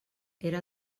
era